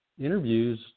interviews